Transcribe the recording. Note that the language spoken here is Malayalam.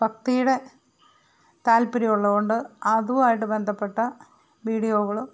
ഭക്തിയുടെ താത്പര്യമുള്ളതുണ്ട് അതുമായിട്ട് ബന്ധപ്പെട്ട വീഡിയോകൾ